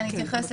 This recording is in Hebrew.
תעשו